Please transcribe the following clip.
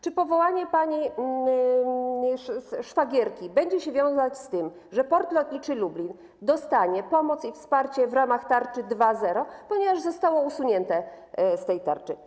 Czy powołanie szwagierki będzie się wiązać z tym, że Port Lotniczy Lublin dostanie pomoc i wsparcie w ramach tarczy 2.0, ponieważ zostało to usunięte z tej tarczy?